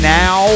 now